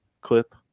clip